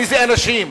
מאיזה אנשים?